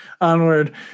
onward